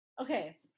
Okay